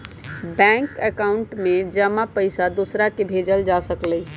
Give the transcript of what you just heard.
bank account में जमा पईसा दूसरा के भेजल जा सकलई ह